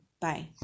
Bye